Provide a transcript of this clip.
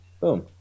boom